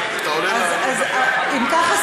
אם ככה,